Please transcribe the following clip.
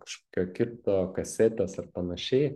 kažkokio kito kasetės ar panašiai